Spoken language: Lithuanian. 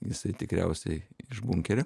jisai tikriausiai iš bunkerio